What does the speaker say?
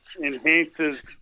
enhances